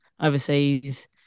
overseas